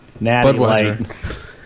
Budweiser